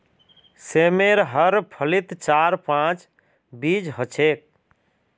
सेमेर हर फलीत चार पांच बीज ह छेक